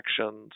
actions